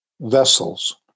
vessels